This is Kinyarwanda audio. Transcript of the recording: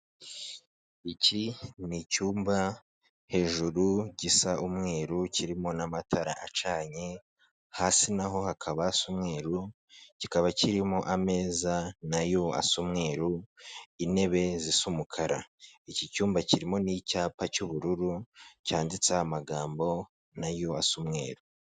Iki ni icyumba hejuru gisa umweru kirimo n'amatara acanye, hasi naho hakaba hasa umweru, kikaba kirimo ameza nayo asa umweru, intebe zisa umukara. Iki cyumba kirimo n'icyapa cy'ubururu cyanditse amagambo nayo asa umweru.